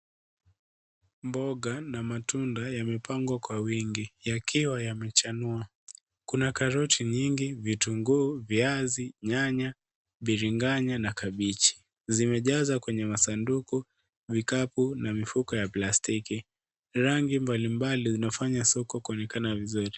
Mboga na matunda yamepangwa kwa wingi yakiwa yamechanua. Kuna karoti nyingi, vitunguu, viazi, nyanya, biringanya na kabichi. Zimejaza kwenye vijisanduku, vikapu na mifuko ya plastiki. Rangi mbalimbali zinafanya soko kuonekana vizuri.